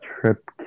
trip